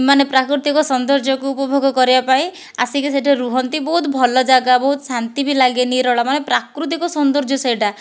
ମାନେ ପ୍ରାକୃତିକ ସୋନ୍ଦର୍ଯ୍ୟକୁ ଉପଭୋଗ କରିବା ପାଇଁ ଆସିକି ସେଠି ରୁହନ୍ତି ବହୁତ ଭଲ ଜାଗା ବହୁତ ଶାନ୍ତି ବି ଲାଗେ ନିରୋଳା ମାନେ ପ୍ରାକୃତିକ ସୋନ୍ଦର୍ଯ୍ୟ ସେଟା